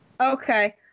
Okay